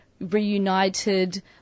Reunited